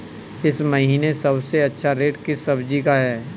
इस महीने सबसे अच्छा रेट किस सब्जी का है?